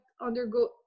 undergo